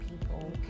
people